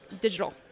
digital